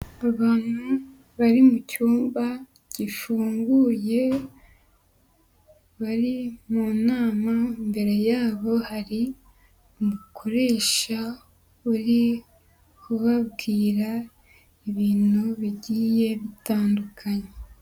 Abantu bari mu cyumba gifunguye bari mu nama, imbere yabo hari umukoresha uri kubabwira ibintu bigiye bitandukanye.